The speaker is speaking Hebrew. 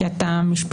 כי אתה משפטן,